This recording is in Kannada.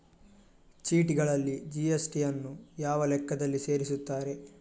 ಚೀಟಿಗಳಲ್ಲಿ ಜಿ.ಎಸ್.ಟಿ ಯನ್ನು ಯಾವ ಲೆಕ್ಕದಲ್ಲಿ ಸೇರಿಸುತ್ತಾರೆ?